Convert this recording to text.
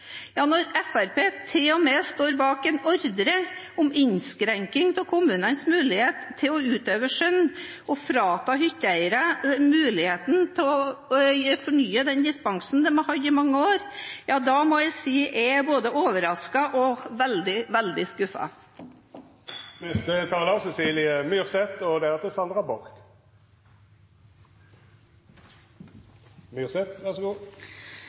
står bak en ordre om innskrenking av kommunenes mulighet til å utøve skjønn og fratar hytteeiere muligheten til å fornye den dispensasjonen de har hatt i mange år, må jeg si jeg er både overrasket og veldig, veldig